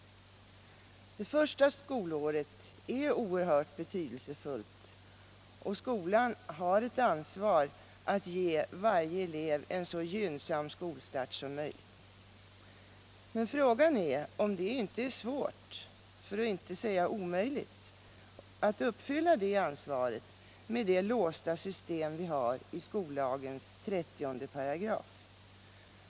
Det första skolåret är oerhört betydelsefullt, och skolan har ett ansvar att ge varje elev en så gynnsam skolstart som möjligt. Men frågan är om det inte är svårt — för att inte säga omöjligt — att uppfylla det ansvaret med det låsta system vi har i skollagens 30 3.